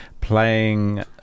playing